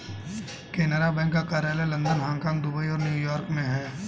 Canara bank का कार्यालय London Hong Kong Dubai और न्यू यॉर्क में है